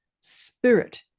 spirit